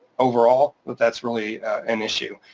overall, but that's really an issue.